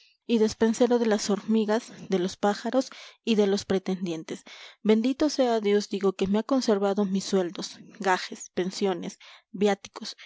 y despensero de las hormigas de los pájaros y de los pretendientes bendito sea dios digo que me ha conservado mis sueldos gajes pensiones viáticos